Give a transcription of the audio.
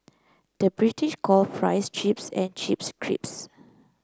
the British calls fries chips and chips crisps